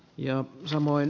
ja samoin